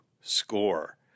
score